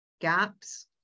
gaps